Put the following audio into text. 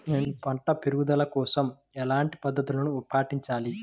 నేను పంట పెరుగుదల కోసం ఎలాంటి పద్దతులను పాటించాలి?